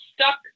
stuck